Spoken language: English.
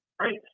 right